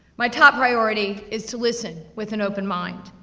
my top priority is to listen with an open mind,